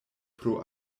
pro